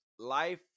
Life